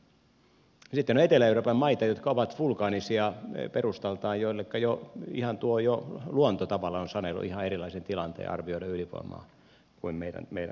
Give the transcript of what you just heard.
sitten on etelä euroopan maita jotka ovat vulkaanisia perustaltaan joilleka jo ihan luonto tavallaan on sanellut ihan erilaisen tilanteen arvioida ydinvoimaa kuin on meidän tilanteemme